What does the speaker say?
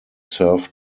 served